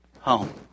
home